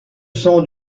son